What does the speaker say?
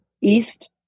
East